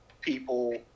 people